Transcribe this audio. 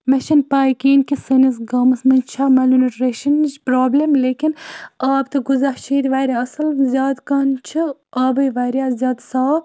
مےٚ چھِنہٕ پَے کِہیٖنۍ کہِ سٲنِس گامَس منٛز چھےٚ مالہٕ نیوٗٹرِشنٕچ پرٛابلِم لیکِن آب تہٕ غذا چھِ ییٚتہِ واریاہ اَصٕل زیادٕ کامہِ چھِ آبٕے واریاہ زیادٕ صاف